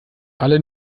alle